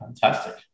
fantastic